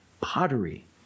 pottery